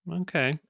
Okay